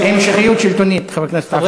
המשכיות שלטונית, חבר הכנסת עפו אגבאריה.